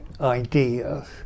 ideas